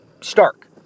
stark